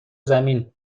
زمین